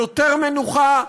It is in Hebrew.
יותר מנוחה,